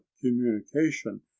communication